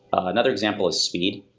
another example is speed.